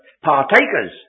Partakers